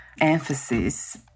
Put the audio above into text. emphasis